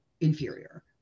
inferior